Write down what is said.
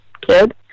kid